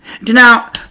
Now